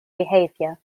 behavior